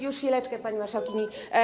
Już, chwileczkę, pani marszałkini.